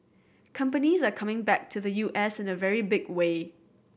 companies are coming back to the U S in a very big way